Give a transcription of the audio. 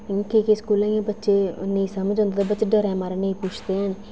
केईं केईं स्कूलें दे बच्चे नेईं समझ औंदा तां बच्चा डरै दे मारै नेईं पुछदे हैन